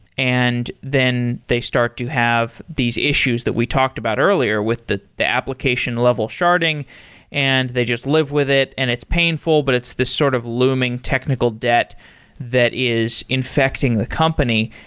and then they start to have these issues that we talked about earlier with the the application level sharding and they just live with it and it's painful, but it's this sort of looming technical debt that is infecting the company.